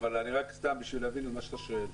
אבל רק סתם בשביל להבין את מה שאתה שואל.